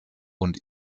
und